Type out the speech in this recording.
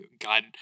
God